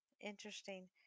Interesting